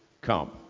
come